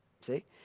See